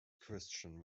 christian